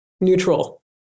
neutral